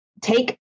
take